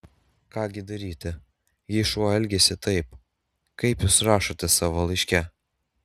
ką gi daryti jei šuo elgiasi taip kaip jūs rašote savo laiške